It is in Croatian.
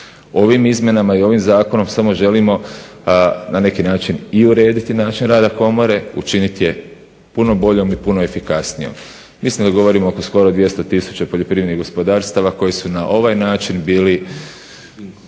Ovim izmjenama i ovim zakonom samo želimo na neki način i urediti način rada komore, učiniti je puno boljom i puno efikasnijom. Mislim da govorimo oko skoro 200 tisuća poljoprivrednih gospodarstava koji su na ovaj način bili